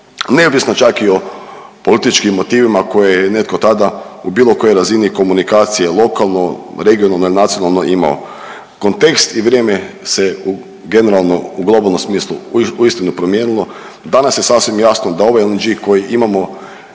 neovisno čak i o političkim motivima koje je netko tada u bilo kojoj razini komunikacije lokalnoj, regionalnoj, nacionalnoj imao, kontekst i vrijeme se generalno u globalnom smislu uistinu promijenilo. Danas je sasvim jasno da ovaj LNG koji imamo